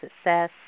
success